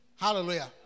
Hallelujah